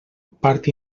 part